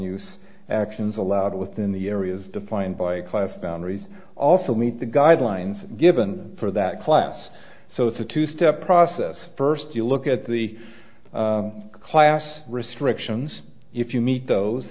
use actions allowed within the areas defined by class boundaries also meet the guidelines given for that class so it's a two step process first you look at the class restrictions if you meet those